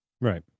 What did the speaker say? Right